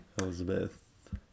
Elizabeth